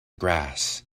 grass